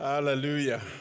Hallelujah